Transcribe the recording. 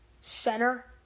Center